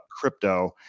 crypto